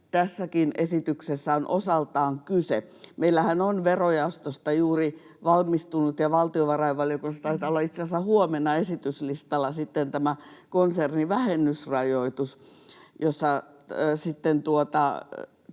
tässäkin esityksessä on osaltaan kyse. Meillähän on verojaostosta juuri valmistunut ja valtiovarainvaliokunnassa taitaa olla sitten itse asiassa huomenna esityslistalla tämä konsernivähennysrajoitus, ja nämä